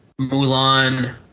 Mulan